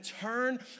turn